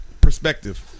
perspective